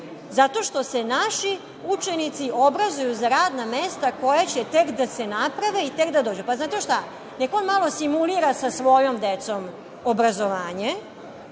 zato što se naši učenici obrazuju za radna mesta koja će tek da se naprave i tek da dođu. Znate šta, neka on malo simulira sa svojom decom obrazovanje,